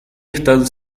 están